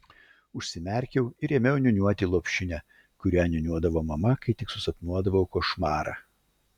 užsimerkiau ir ėmiau niūniuoti lopšinę kurią niūniuodavo mama kai tik susapnuodavau košmarą